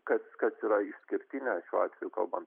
kad kas yra išskirtinė šiuo atveju kalbant